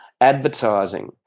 advertising